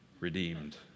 redeemed